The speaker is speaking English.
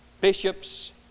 bishops